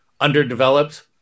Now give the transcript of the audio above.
underdeveloped